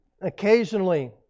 occasionally